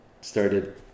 started